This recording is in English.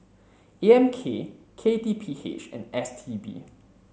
A M K K T P H and S T B